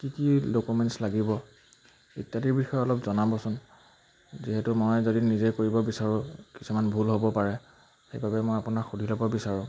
কি কি ডকুমেণ্টছ লাগিব ইত্যাদিৰ বিষয়ে অলপ জনাবচোন যিহেতু মই যদি নিজে কৰিব বিচাৰোঁ কিছুমান ভুল হ'ব পাৰে সেইবাবে মই আপোনাক সুধি ল'ব বিচাৰোঁ